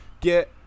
get